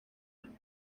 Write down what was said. año